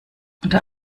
unter